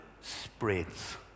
spreads